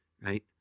right